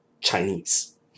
Chinese